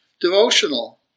devotional